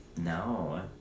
No